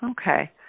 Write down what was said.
okay